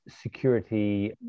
security